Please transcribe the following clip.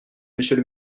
monsieur